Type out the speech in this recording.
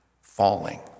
falling